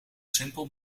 simpel